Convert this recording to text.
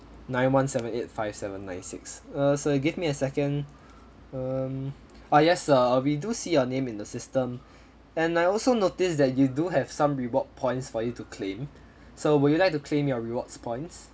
nine one seven eight five seven nine six uh sir give me a second um ah yes sir we do see your name in the system and I also noticed that you do have some reward points for you to claim so would you like to claim your rewards points